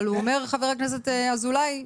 אבל אומר חבר הכנסת אזולאי,